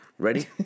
ready